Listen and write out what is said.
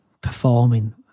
performing